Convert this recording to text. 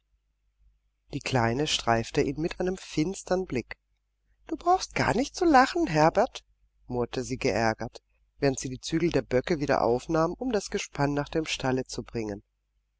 die kleine streifte ihn mit einem finstern blick du brauchst gar nicht zu lachen herbert murrte sie geärgert während sie die zügel der böcke wieder aufnahm um das gespann nach dem stalle zu bringen